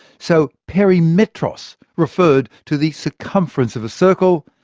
so perimetros referred to the circumference of a circle.